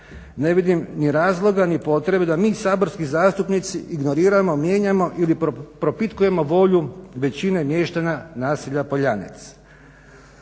Ne vidim ni razloga ni potrebe da mi saborski zastupnici ignoriramo, mijenjamo ili propitkujemo volju većine mještana naselja Poljanec.